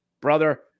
brother